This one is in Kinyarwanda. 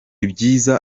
ibyiza